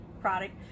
product